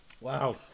wow